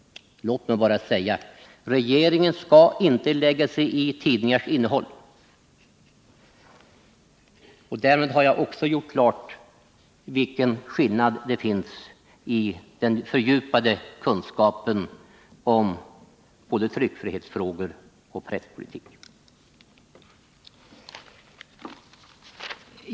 Låt mig bara säga: Regeringen skall inte lägga sig i tidningars innehåll! Därmed har jag också gjort klart vilken skillnad det finns i den fördjupade kunskapen om både tryckfrihetsfrågor och presspolitik.